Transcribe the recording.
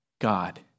God